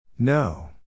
No